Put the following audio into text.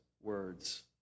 words